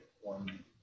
one